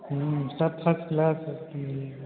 सब first class सब चीज मिले